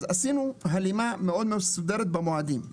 אז עשינו הלימה מאוד-מאוד מסודרת במועדים.